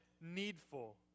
needful